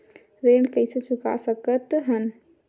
ऋण कइसे चुका सकत हन?